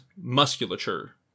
musculature